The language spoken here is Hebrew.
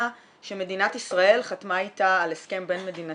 שמדינת ישראל חתמה איתה על הסכם בין מדינתי.